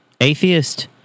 atheist